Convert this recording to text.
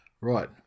Right